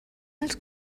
dels